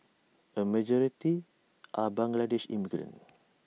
A majority are Bangladeshi immigrants